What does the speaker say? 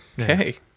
Okay